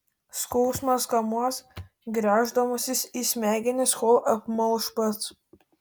skausmas kamuos gręždamasis į smegenis kol apmalš pats